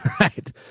right